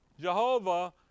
Jehovah